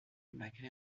malgré